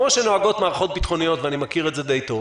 כמו שנוהגות מערכות ביטחוניות ואני מכיר את זה די טוב